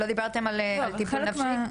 לא דיברתם על טיפול נפשי.